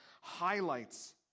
highlights